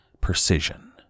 precision